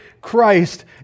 Christ